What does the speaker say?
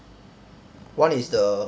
one is the